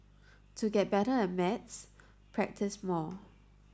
to get better at maths practise more